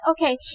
okay